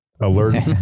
alert